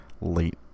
late